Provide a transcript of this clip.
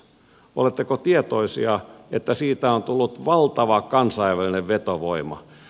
oletteko tietoisia että siitä on tullut valtava kansainvälinen vetovoima